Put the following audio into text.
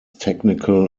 technical